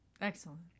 Excellent